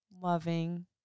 loving